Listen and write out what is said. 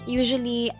usually